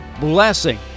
blessing